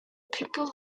people